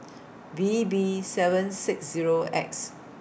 V B seven six Zero X